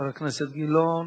חבר הכנסת גילאון.